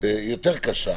יותר קשה,